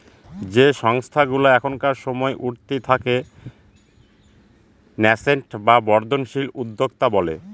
যে সংস্থাগুলা এখনকার সময় উঠতি তাকে ন্যাসেন্ট বা বর্ধনশীল উদ্যোক্তা বলে